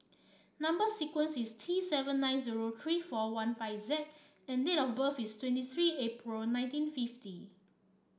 number sequence is T seven nine zero three four one five Z and date of birth is twenty three April nineteen fifty